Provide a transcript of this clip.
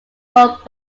both